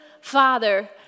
father